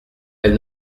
elle